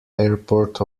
airport